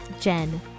Jen